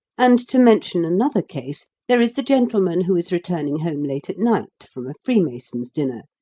and, to mention another case, there is the gentleman who is returning home late at night, from a freemasons' dinner,